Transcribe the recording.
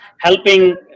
helping